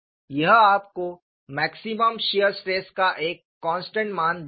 यह आपको maximum shear stress का एक कांस्टेंट मान देता है